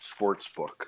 Sportsbook